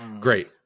Great